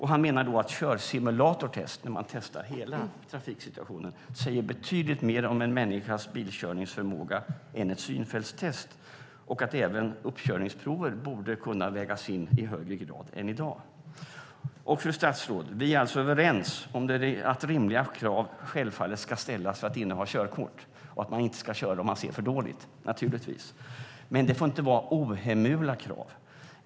Han menar att ett körsimulatortest, där man testar hela trafiksituationen, säger betydligt mer om en människas bilkörningsförmåga än ett synfältstest och att även uppkörningsprov borde vägas in i högre grad än i dag. Fru statsråd! Vi är alltså överens om att rimliga krav självfallet ska ställas för att inneha körkort och att man inte ska köra om man ser för dåligt. Men det får inte vara ohemula krav.